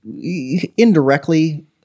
indirectly